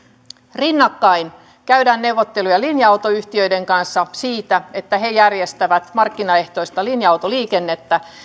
rinnakkain käydään neuvotteluja linja autoyhtiöiden kanssa siitä että ne järjestävät markkinaehtoista linja autoliikennettä